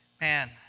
Man